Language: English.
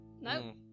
No